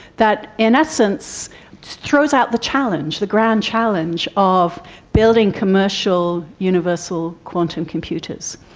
that in essence throws out the challenge, the grand challenge of building commercial universal quantum computers.